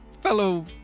fellow